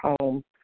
home